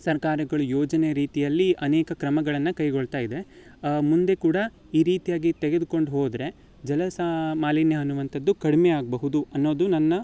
ಸರ್ಕಾರಗಳು ಯೋಜನೆ ರೀತಿಯಲ್ಲಿ ಅನೇಕ ಕ್ರಮಗಳನ್ನು ಕೈಗೊಳ್ತಾ ಇದೆ ಮುಂದೆ ಕೂಡ ಈ ರೀತಿಯಾಗಿ ತೆಗೆದುಕೊಂಡು ಹೋದರೆ ಜಲ ಸಾ ಮಾಲಿನ್ಯ ಅನ್ನುವಂಥದ್ದು ಕಡಿಮೆ ಆಗಬಹುದು ಅನ್ನೋದು ನನ್ನ